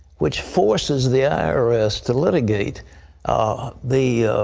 which forces the i r s. to litigate the